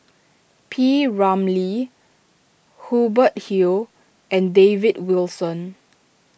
P Ramlee Hubert Hill and David Wilson